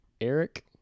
Eric